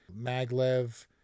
maglev